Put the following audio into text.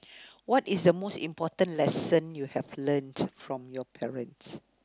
what is the most important lesson you have learnt from your parents